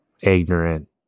ignorant